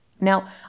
Now